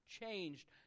changed